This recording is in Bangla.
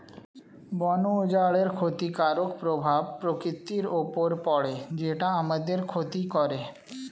বন উজাড়ের ক্ষতিকারক প্রভাব প্রকৃতির উপর পড়ে যেটা আমাদের ক্ষতি করে